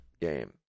game